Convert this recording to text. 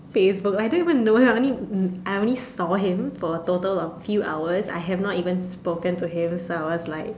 Facebook I don't even know him I only mm I only saw him for a total of few hours I have not even spoken to him so I was like